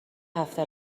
هفته